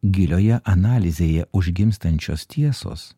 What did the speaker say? gilioje analizėje užgimstančios tiesos